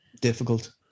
difficult